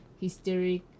hysteric